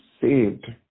saved